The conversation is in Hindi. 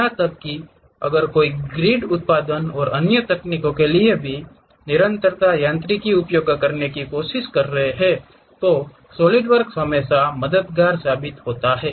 यहां तक कि अगर कोई ग्रिड उत्पादन और अन्य तकनीकों के लिए अन्य विशेष निरंतरता यांत्रिकी का उपयोग करने की कोशिश कर रहा है तो सॉलिडवर्क्स हमेशा मददगार साबित होते हैं